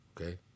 okay